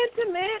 intimate